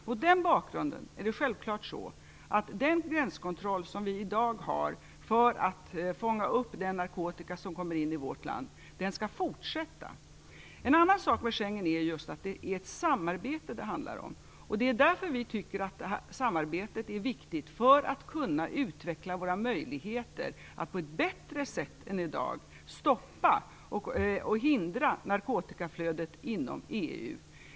Mot den bakgrunden är det självklart att den gränskontroll Sverige har i dag för att fånga upp den narkotika som kommer in i vårt land skall fortsätta. Schengensamarbetet handlar just om ett samarbete. Vi tycker att samarbetet är viktigt för att kunna utveckla Sveriges möjligheter att på ett bättre sätt än i dag stoppa och hindra narkotikaflödet inom EU.